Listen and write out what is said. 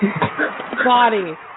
body